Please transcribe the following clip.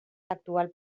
l’actual